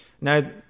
Now